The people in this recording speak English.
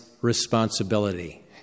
responsibility